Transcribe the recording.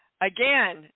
Again